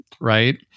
right